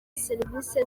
serivisi